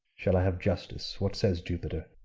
shall i have justice? what says jupiter?